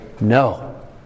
no